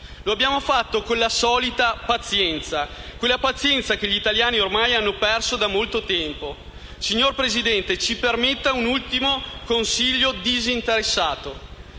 Lo abbiamo fatto con la solita pazienza: quella pazienza che gli italiani ormai hanno perso da molto tempo. Signor Presidente del Consiglio, ci permetta un ultimo consiglio disinteressato: